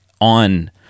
on